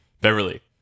Beverly